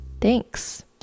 Thanks